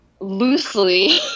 loosely